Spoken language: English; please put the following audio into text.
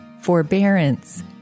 forbearance